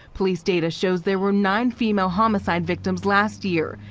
police data shows there were nine female homicide victims last year.